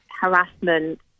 harassment